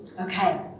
Okay